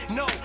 no